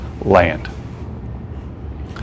land